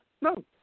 No